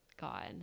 God